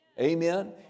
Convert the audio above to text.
Amen